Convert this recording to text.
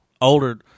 Older